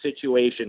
situation